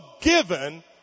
given